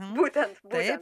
būtent būtent